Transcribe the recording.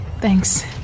thanks